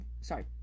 sorry